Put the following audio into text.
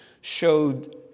showed